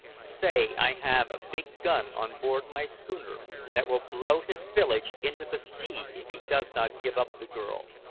say i have a big gun on board my schooner that will blow his village into the sea if he does not give up the girl.